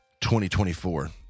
2024